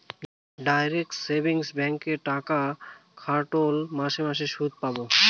direct savings ব্যাঙ্কে টাকা খাটোল মাস মাস সুদ পাবো